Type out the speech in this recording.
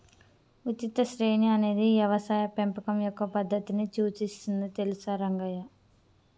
ఉచిత శ్రేణి అనేది యవసాయ పెంపకం యొక్క పద్దతిని సూచిస్తుంది తెలుసా రంగయ్య